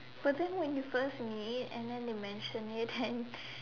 but then when you first meet and then they mention it then